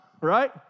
right